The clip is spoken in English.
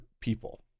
people